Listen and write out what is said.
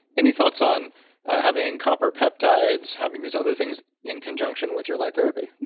any thoughts on having copper peptides, having these other things in conjunction with your light therapy?